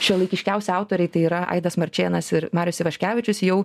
šiuolaikiškiausi autoriai tai yra aidas marčėnas ir marius ivaškevičius jau